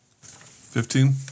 Fifteen